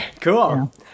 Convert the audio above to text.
Cool